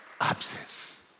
absence